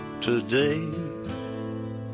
today